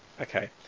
Okay